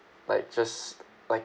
like just like